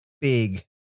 big